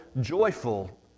joyful